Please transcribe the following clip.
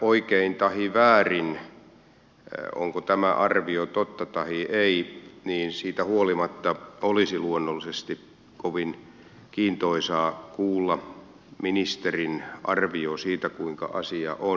oikein tahi väärin onko tämä arvio totta tahi ei niin siitä huolimatta olisi luonnollisesti kovin kiintoisaa kuulla ministerin arvio siitä kuinka asia on